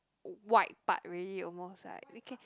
white part already almost like